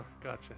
Gotcha